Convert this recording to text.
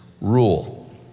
rule